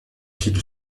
fille